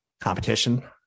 Competition